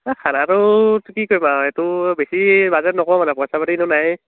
খানাটো কি কৰিম আৰু এইটো বেছি বাজেট নকৰোঁ মানে পইচা পাতিটো নাইয়ে